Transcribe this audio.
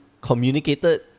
communicated